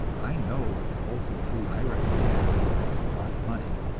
i know that the wholesome food i recommend costs money,